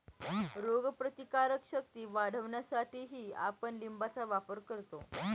रोगप्रतिकारक शक्ती वाढवण्यासाठीही आपण लिंबाचा वापर करतो